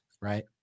right